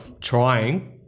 trying